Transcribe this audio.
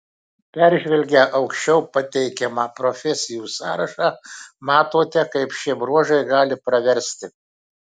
peržvelgę aukščiau pateikiamą profesijų sąrašą matote kaip šie bruožai gali praversti